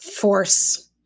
force-